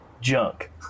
junk